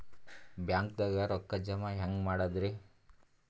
ಬ್ಯಾಂಕ್ದಾಗ ರೊಕ್ಕ ಜಮ ಹೆಂಗ್ ಮಾಡದ್ರಿ?